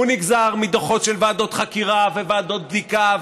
הוא נגזר מדוחות של ועדות חקירה וועדות בדיקה,